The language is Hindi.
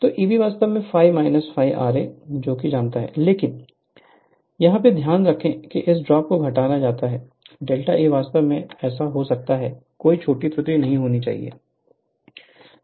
तो Eb वास्तव में V ∅ ra को जानता है लेकिन यह भी ध्यान रखें कि इस ड्रॉप को घटाया जाना है डेल्टा E वास्तव में ऐसा हो सकता है कोई छोटी त्रुटि नहीं होनी चाहिए